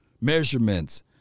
measurements